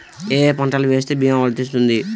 ఏ ఏ పంటలు వేస్తే భీమా వర్తిస్తుంది?